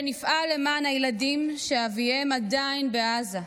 שנפעל למען הילדים שאביהם עדיין בעזה.